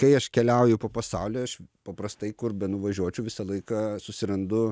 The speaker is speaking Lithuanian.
kai aš keliauju po pasaulį aš paprastai kur benuvažiuočiau visą laiką susirandu